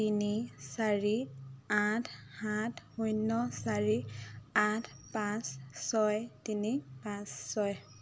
তিনি চাৰি আঠ সাত শূন্য চাৰি আঠ পাঁচ ছয় তিনি পাঁচ ছয়